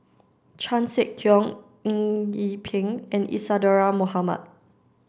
Chan Sek Keong Eng Yee Peng and Isadhora Mohamed